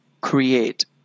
create